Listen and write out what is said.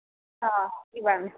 ఇవ్వండి